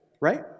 right